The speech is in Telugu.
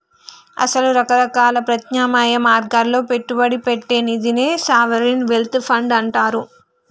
అసల రకరకాల ప్రత్యామ్నాయ మార్గాల్లో పెట్టుబడి పెట్టే నిదినే సావరిన్ వెల్త్ ఫండ్ అంటారు